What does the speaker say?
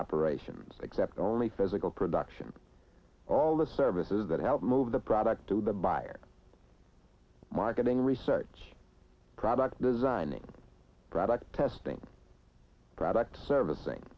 operations except only physical production all the services that help move the product to the buyer marketing research product designing product testing products servicing